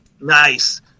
Nice